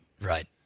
Right